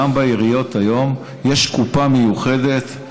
גם בעיריות היום יש קופה מיוחדת,